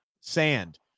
sand